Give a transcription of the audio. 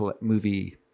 movie